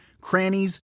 crannies